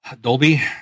Dolby